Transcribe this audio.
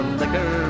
liquor